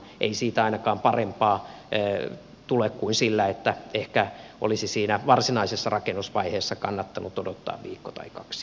ei siitä ainakaan parempaa tule kuin sillä että ehkä olisi siinä varsinaisessa rakennusvaiheessa kannattanut odottaa viikko tai kaksi